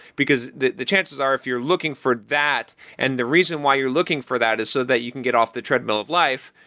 because the the chances are if you're looking for that and the reason why you're looking for that is so that you can get off the treadmill of life,